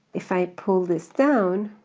if i pull this down,